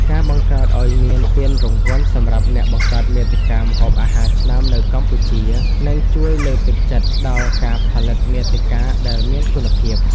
ការបង្កើតឱ្យមានពានរង្វាន់សម្រាប់អ្នកបង្កើតមាតិកាម្ហូបអាហារឆ្នើមនៅកម្ពុជា នឹងជួយលើកទឹកចិត្តដល់ការផលិតមាតិកាដែលមានគុណភាព។